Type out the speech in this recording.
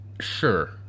sure